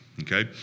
Okay